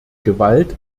gewalt